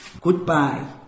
goodbye